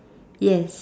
yes